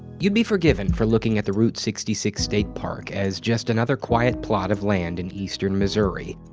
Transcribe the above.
you'd be forgiven for looking at the route sixty six state park as just another quiet plot of land in eastern missouri.